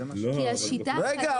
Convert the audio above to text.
כי השיטה --- רגע.